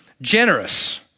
generous